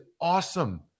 awesome